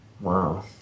Wow